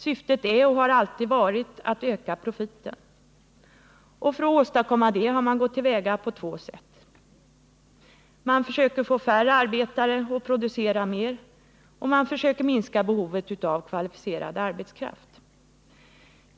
Syftet är och har alltid varit att öka profiten. För att åstadkomma detta kan man gå till väga på flera sätt. Man försöker få färre arbetare att producera mer, och man försöker minska behovet av kvalificerad arbetskraft.